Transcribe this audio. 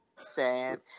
sad